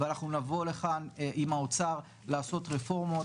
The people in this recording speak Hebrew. ואנחנו נבוא לכאן עם האוצר לעשות רפורמות